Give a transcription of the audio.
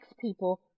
people